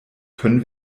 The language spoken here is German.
können